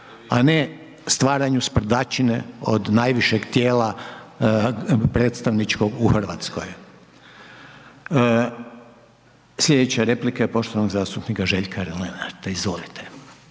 a ne stvaranju sprdačine od najvišeg tijela predstavničkog u Hrvatskoj. Slijedeća replika je poštovanog zastupnika Željka Lenarta, izvolite.